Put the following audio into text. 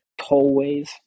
tollways